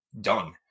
done